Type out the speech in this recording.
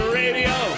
radio